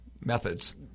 methods